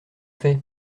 fait